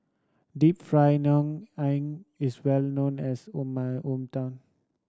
Deep Fried Ngoh Hiang is well known as on my hometown